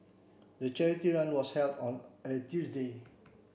the charity run was held on a Tuesday